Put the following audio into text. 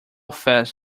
fast